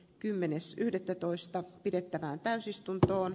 kymmenes yhdettätoista pidettävään täysistuntoon